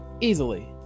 Easily